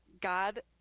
God